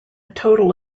total